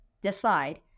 decide